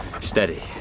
Steady